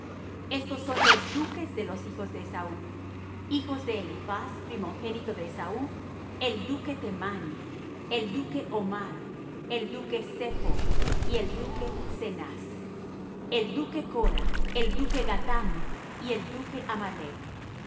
de los hijos de esaú hijos de eliphaz primogénito de esaú el duque temán el duque omar el duque zepho el duque cenaz el duque cora el duque gatam y el duque amalec